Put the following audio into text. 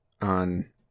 on